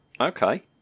okay